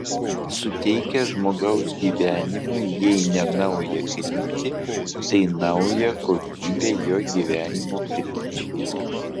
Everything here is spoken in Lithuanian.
suteikia žmogaus gyvenimui jei ne naują kryptį tai naują kokybę jo gyvenimo krypčiai